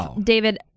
David